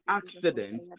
accident